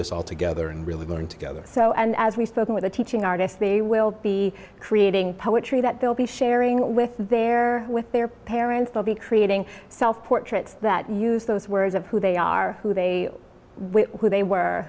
this all together and really going together so and as we spoke with the teaching artist they will be creating poetry that they'll be sharing with their with their parents they'll be creating self portraits that use those words of who they are who they were who they were